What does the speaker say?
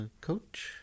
coach